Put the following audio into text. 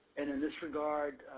and in this regard,